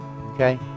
Okay